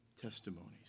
testimonies